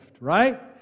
right